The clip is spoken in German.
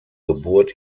geburt